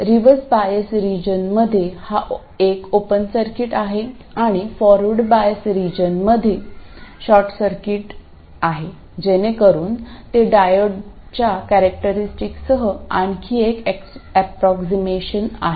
reverse bias रिजनमध्ये हा एक ओपन सर्किट आहे आणि फॉरवर्ड बायस रिजनमध्ये शॉर्ट सर्किट जेणेकरून ते डायोडच्या कॅरेक्टरिस्टिकसह आणखी एक ऍप्रॉक्सीमेशन आहे